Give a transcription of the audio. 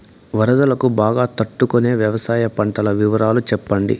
వరదలకు బాగా తట్టు కొనే వ్యవసాయ పంటల వివరాలు చెప్పండి?